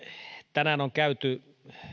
tänään on käyty